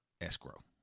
escrow